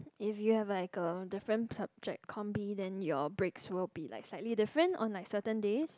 if you have like a different subject combine then your breaks will be like slightly different on like certain days